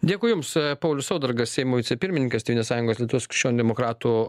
dėkui jums paulius saudargas seimo vicepirmininkas tėvynės sąjungos lietuvos krikščionių demokratų